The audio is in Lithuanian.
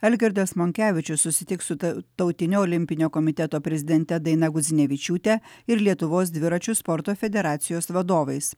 algirdas monkevičius susitiks su ta tautinio olimpinio komiteto prezidente daina gudzinevičiūtė ir lietuvos dviračių sporto federacijos vadovais